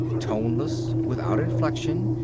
toneless, without inflection,